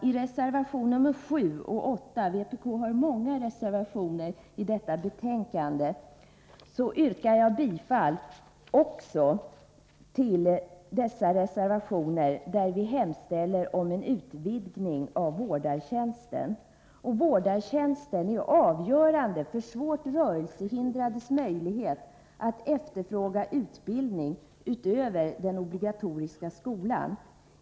I reservation nr 7 och nr 8 — vpk har många reservationer i detta betänkande — som jag också yrkar bifall till hemställer vi om utvidgning av vårdartjänsten. Vårdartjänsten är avgörande för svårt rörelsehindrades möjligheter att efterfråga utbildning utöver den obligatoriska skolan.